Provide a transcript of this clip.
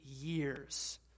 years